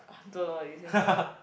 ah is here